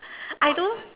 I don't